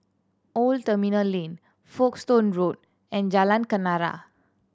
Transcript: Old Terminal Lane Folkestone Road and Jalan Kenarah